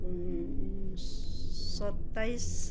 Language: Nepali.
सत्ताइस